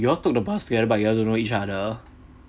y'all took the bus together but y'all don't know each other